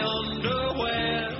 underwear